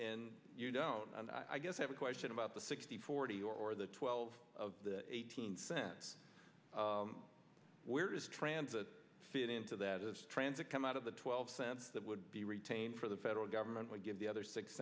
and you don't i guess have a question about the sixty forty or the twelve eighteen cents where is transit fit into that transit come out of the twelve cents that would be retained for the federal government would give the other six